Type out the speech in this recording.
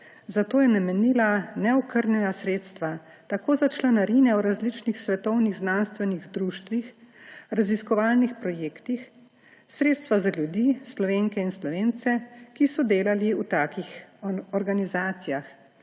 zato so namenili neokrnjena sredstva tako za članarine v različnih svetovnih znanstvenih društvih, raziskovalnih projektih, sredstva za ljudi, Slovenke in Slovence, ki so delali v takih organizacijah.